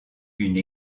une